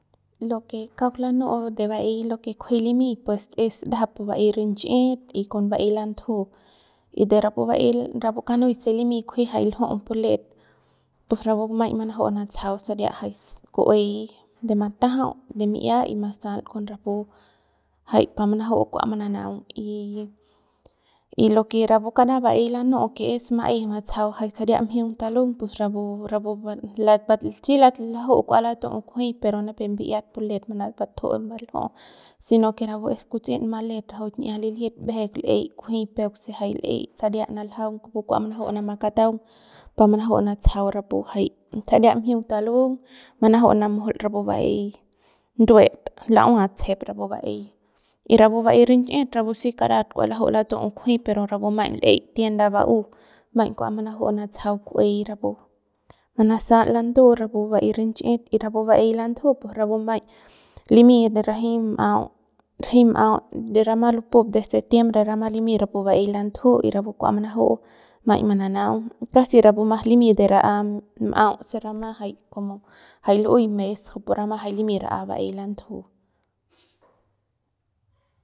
Lo que kauk lanu'u pu ba'ey se kunji limy es ndap pu ba'ey rinchit y con ba'ey lantju y de rapu de rapu kanuy se limi kunji jay lju'u pu let pus rapu maiñ manaju natsajau saria jay ku'uey de matajau de mi'ia y masal con rapu jay pa manaju'u kua mananaung y y lo que rapu kara ba'ey lanu'u que es ma'ey matsajau jay saria mjiung talung pus rapu rapu si laju'u kua latu'u kunji pero nipep mbi'iat mbatuju mbalju si no que rapu es kutsiñ ma let rajuik n'iat lilijit mbeje l'ey kunji peuk se jay l'ey saria naljaung kupu kua manaju'u manama kataung pa manaju natsajau rapu jay saria mjiung talung manaju'u manamujul rapu ba'ey nduet la'ua tsejep rapu ba'ey y rapu ba'ey rinchit rapu si karat kua laju'u laju'u latu kunji pero rapu maiñ l'ey tienda ba'u maiñ kua manaju'u natsajau ku'uey rapu manasal landu rapu ba'ey rinchit y rapu ba'ey lantuju pus rapu maiñ limy de ranji m'au ranji m'au re rama lupup de septiembre rama limy rapu ba'ey lantju y rapu kua manaju'u maiñ mananaung casi rapu mas limy de ran'a m'au se rama jay como jay lu'uey mes kujupu rama jay limy ran'a ba'ey lantju.